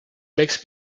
makes